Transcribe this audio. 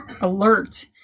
alert